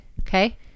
Okay